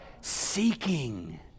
seeking